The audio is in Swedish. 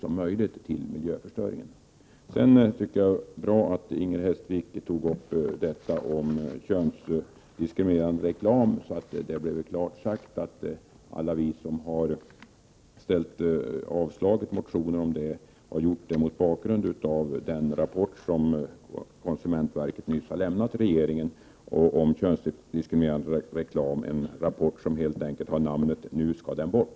Konsumenten kan då välja den ur miljösynpunkt bästa produkten. Det var bra att Inger Hestvik tog upp detta med könsdiskriminerande reklam, så att det klart blev uttalat att alla vi som varit med om att avstyrka motioner i denna fråga har gjort detta mot bakgrund av den rapport om könsdiskriminerande reklam som konsumentverket nyligen överlämnat till regeringen - en rapport som har namnet Nu ska den bort!